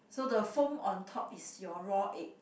so the foam on top is your raw egg